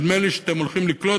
נדמה לי שאתם הולכים לקלוט,